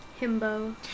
Himbo